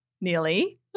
nearly